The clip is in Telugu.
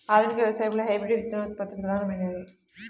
ఆధునిక వ్యవసాయంలో హైబ్రిడ్ విత్తనోత్పత్తి ప్రధానమైనది